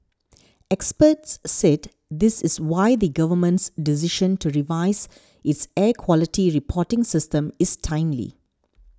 experts said this is why the Government's decision to revise its air quality reporting system is timely